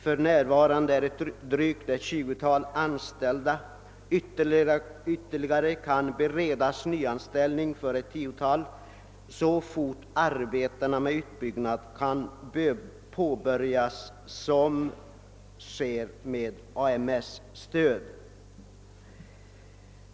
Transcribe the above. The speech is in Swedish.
För närvarande är drygt ett tjugutal anställda. Ytterligare kan beredas nyanställning för ett tiotal så fort arbetena med utbyggnad kan påbörjas som utföres med AMS:s stöd.